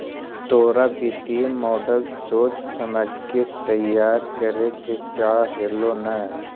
तोरा वित्तीय मॉडल सोच समझ के तईयार करे के चाह हेलो न